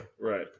right